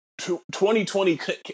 2020